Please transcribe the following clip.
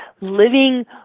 living